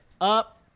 up